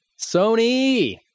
sony